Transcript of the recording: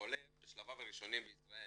העולה בשלביו הראשונים בישראל